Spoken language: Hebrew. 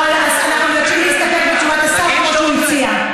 להסתפק בתשובת השר, זה מה שהוא הציע.